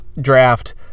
draft